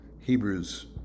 Hebrews